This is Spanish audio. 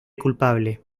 culpable